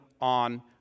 on